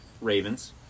Ravens